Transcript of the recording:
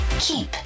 keep